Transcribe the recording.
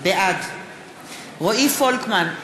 בעד רועי פולקמן,